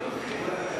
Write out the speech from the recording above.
כל יום,